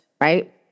Right